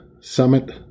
Summit